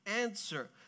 Answer